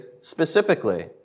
specifically